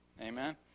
Amen